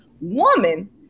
woman